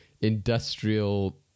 industrial